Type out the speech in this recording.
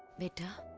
better!